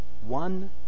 one